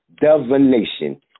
divination